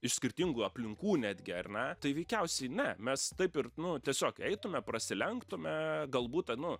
iš skirtingų aplinkų netgi ar ne tai veikiausiai ne mes taip ir nu tiesiog eitume prasilenktume galbūt a nu